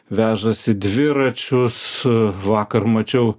vežasi dviračius vakar mačiau